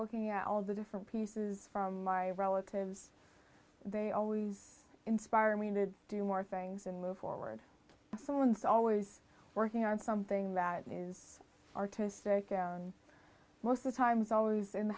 looking at all the different pieces from my relatives they always inspire me to do more things and move forward someone's always working on something that is artistic and most of times always in the